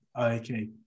okay